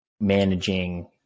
managing